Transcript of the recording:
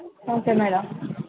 okay madam